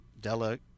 Della